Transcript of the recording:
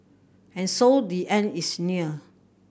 and so the end is near